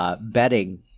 betting